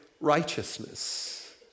righteousness